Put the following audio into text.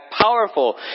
powerful